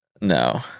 No